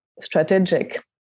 strategic